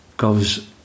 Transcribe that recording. Goes